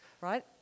right